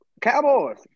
Cowboys